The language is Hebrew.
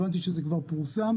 הבנתי שזה כבר פורסם,